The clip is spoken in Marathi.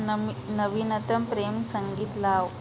नमी नवीनतम प्रेम संगीत लाव